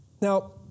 Now